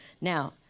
Now